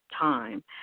time